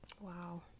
Wow